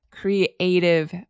creative